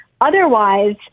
otherwise